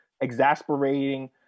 exasperating